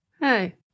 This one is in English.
Hey